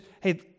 hey